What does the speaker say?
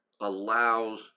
allows